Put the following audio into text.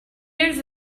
years